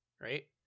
right